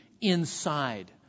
inside